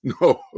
No